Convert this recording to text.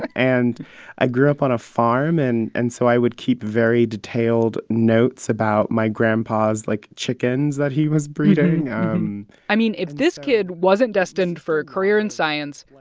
and i grew up on a farm, and and so i would keep very detailed notes about my grandpa's, like, chickens that he was breeding um i mean, if this kid wasn't destined for a career in science,